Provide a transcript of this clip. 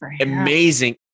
Amazing